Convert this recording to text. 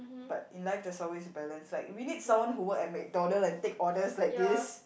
but in life there's always balance like we need someone who work at McDonald's and take orders like this